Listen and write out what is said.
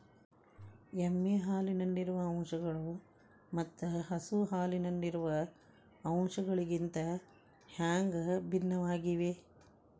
ಎಮ್ಮೆ ಹಾಲಿನಲ್ಲಿರುವ ಅಂಶಗಳು ಮತ್ತ ಹಸು ಹಾಲಿನಲ್ಲಿರುವ ಅಂಶಗಳಿಗಿಂತ ಹ್ಯಾಂಗ ಭಿನ್ನವಾಗಿವೆ?